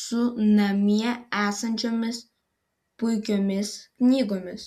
su namie esančiomis puikiomis knygomis